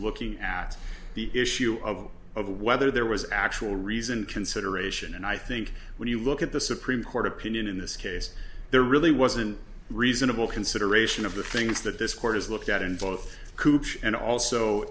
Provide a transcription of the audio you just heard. looking at the issue of of whether there was actual reason consideration and i think when you look at the supreme court opinion in this case there really wasn't reasonable consideration of the things that this court has looked at in both coop and also